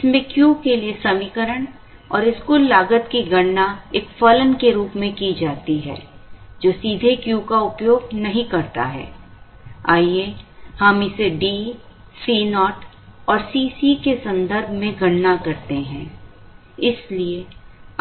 इसमें Q के लिए समीकरण और इस कुल लागत की गणना एक फलन के रूप में की जाती है जो सीधे Q का उपयोग नहीं करता है आइए हम इसे D Co और Cc के संदर्भ में गणना करते हैं इसलिए